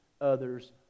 others